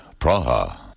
Praha